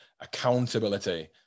accountability